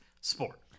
sport